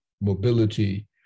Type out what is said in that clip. mobility